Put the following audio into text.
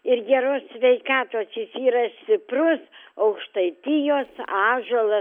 ir geros sveikatos jis yra stiprus aukštaitijos ąžuolas